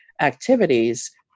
activities